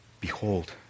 Behold